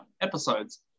episodes